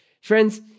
Friends